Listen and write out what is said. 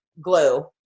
glue